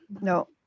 No